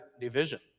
division